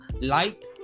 light